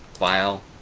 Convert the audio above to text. file,